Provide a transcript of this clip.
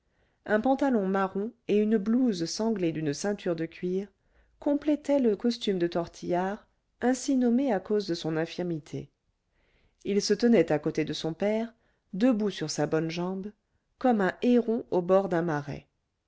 un pantalon marron et une blouse sanglée d'une ceinture de cuir complétaient le costume de tortillard ainsi nommé à cause de son infirmité il se tenait à côté de son père debout sur sa bonne jambe comme un héron au bord d'un marais